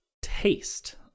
taste